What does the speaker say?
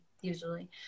usually